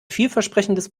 vielversprechendes